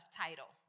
title